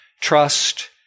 trust